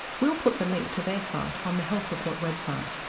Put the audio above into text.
we'll put the link to their site on the health report website.